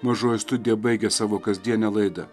mažoji studija baigia savo kasdienę laida